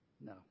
No